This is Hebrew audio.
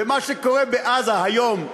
ומה שקורה בעזה היום,